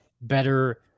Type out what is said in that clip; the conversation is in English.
better